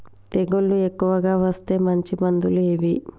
తెగులు ఎక్కువగా వస్తే మంచి మందులు ఏవి?